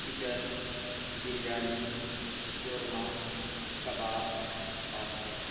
chicken biryani korma کباب pasta